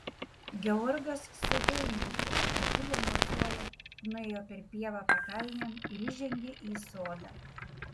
georgas su heinrichu pakilo nuo suolo nuėjo per pievą pakalnėn ir įžengė į sodą